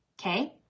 Okay